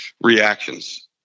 reactions